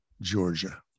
Georgia